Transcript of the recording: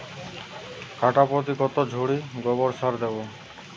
কাঠাপ্রতি কত ঝুড়ি গোবর সার দেবো?